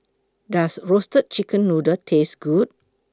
Does Roasted Chicken Noodle Taste Good